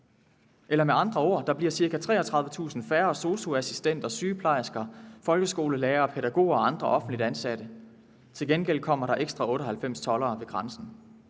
Med andre ord bliver der ca. 33.000 færre SOSU-assistenter, sygeplejersker, folkeskolelærere og pædagoger og andre offentligt ansatte, mens der til gengæld kommer 98 ekstra toldere ved grænsen.